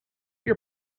your